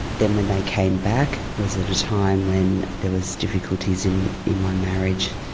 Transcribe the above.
then when they came back was at a time when there was difficulties in in my marriage.